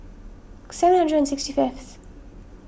seven hundred and sixty fifth